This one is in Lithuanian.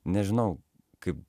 nežinau kaip